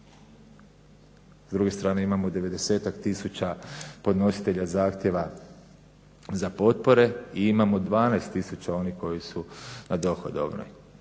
S druge strane imamo 90-ak tisuća podnositelja zahtjeva za potpore i imamo 12 tisuća onih koji su … /Govornik